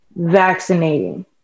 vaccinating